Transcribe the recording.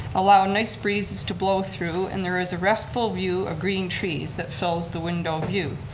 allow nice breezes to blow through and there is a restful view of green trees that fills the window view.